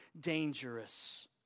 dangerous